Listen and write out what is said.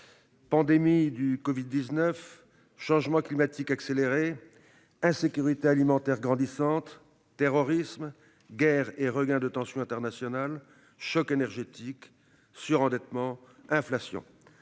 Pandémie de covid-19 ; changement climatique accéléré ; insécurité alimentaire grandissante ; terrorisme ; guerres et regain des tensions internationales ; choc énergétique ; surendettement ; inflation